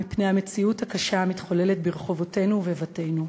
מפני המציאות הקשה המתחוללת ברחובותינו ובביתנו.